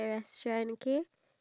ya